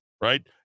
right